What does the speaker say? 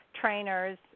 trainers